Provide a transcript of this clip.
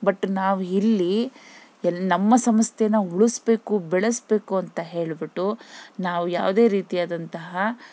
but ನಾವು ಇಲ್ಲಿ ನಮ್ಮ ಸಂಸ್ಥೆನ ಉಳ್ಸ್ಬೇಕು ಬೆಳ್ಸ್ಬೇಕು ಅಂತ ಹೇಳ್ಬಿಟ್ಟು ನಾವು ಯಾವುದೇ ರೀತಿ ಆದಂತಹ